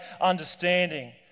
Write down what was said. understanding